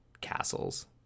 Castles